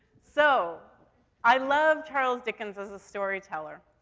so i love charles dickens as a storyteller.